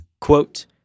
Quote